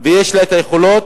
ויש לה היכולות